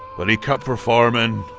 but he kept performing.